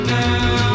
now